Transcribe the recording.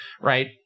Right